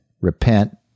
Repent